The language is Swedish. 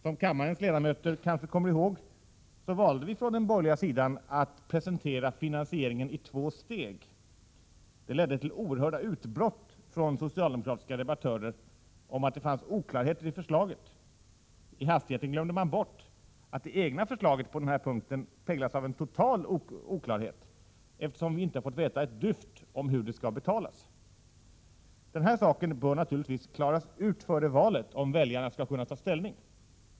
Som kammarens ledamöter kanske kommer ihåg, så valde vi från den borgerliga sidan att presentera finansieringen i två steg. Detta ledde till oerhörda utbrott från socialdemokratiska debattörer. Man sade att det fanns oklarheter i förslaget. I hastigheten glömde man bort att det egna förslaget på denna punkt präglas av en total oklarhet, eftersom vi inte har fått veta ett dyft om hur det skall betalas. Detta bör naturligtvis klaras ut före valet, om väljarna skall kunna ta ställning.